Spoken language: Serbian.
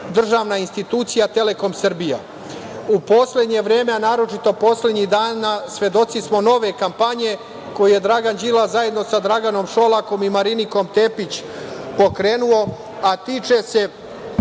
državna institucija „Telekom Srbija“.U poslednje vreme, a naročito poslednjih dana svedoci smo nove kampanje koju je Dragan Đilas, zajedno sa Draganom Šolakom i Marinikom Tepić pokrenuo, a tiče se